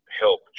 help